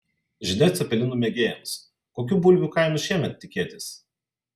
žinia cepelinų mėgėjams kokių bulvių kainų šiemet tikėtis